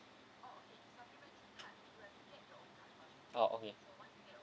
oh okay